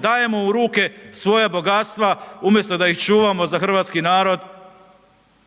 dajemo u ruke svoja bogatstva umjesto da ih čuvamo za hrvatski narod